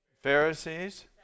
Pharisees